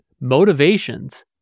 motivations